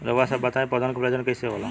रउआ सभ बताई पौधन क प्रजनन कईसे होला?